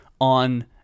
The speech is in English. on